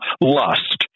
lust